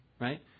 right